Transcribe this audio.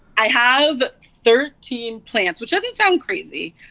i have thirteen plants, which doesn't sound crazy.